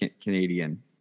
Canadian